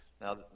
Now